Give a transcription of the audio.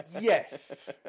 Yes